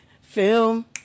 film